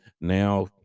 now